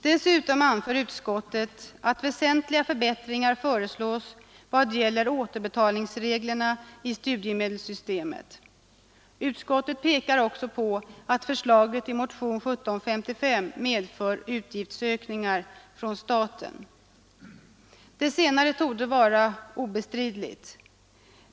Dessutom anför utskottet att väsentliga förbättringar föreslås, i vad gäller återbetalningsreglerna i studiemedelssystemet. Utskottet pekar också på att förslaget i motionen 1755 medför utgiftsökningar för staten. Det senare torde vara obestridligt.